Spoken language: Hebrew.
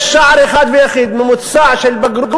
יש שער אחד ויחיד: ממוצע של בגרות